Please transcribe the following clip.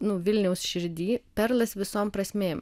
nu vilniaus širdy perlas visom prasmėm